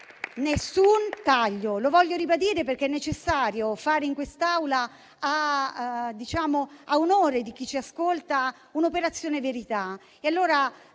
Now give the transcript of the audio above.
Nessun taglio; lo voglio ribadire perché è necessario fare, a onore di chi ci ascolta, un'operazione verità.